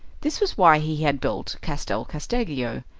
this was why he had built castel casteggio.